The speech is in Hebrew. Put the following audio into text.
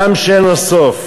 ים שאין לו סוף.